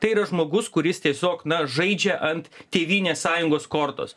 tai yra žmogus kuris tiesiog na žaidžia ant tėvynės sąjungos kortos